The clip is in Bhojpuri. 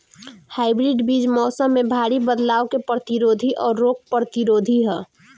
हाइब्रिड बीज मौसम में भारी बदलाव के प्रतिरोधी और रोग प्रतिरोधी ह